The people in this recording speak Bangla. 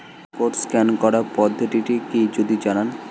কোড স্ক্যান করার পদ্ধতিটি কি যদি জানান?